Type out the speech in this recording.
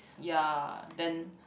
ya then